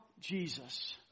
Jesus